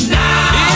now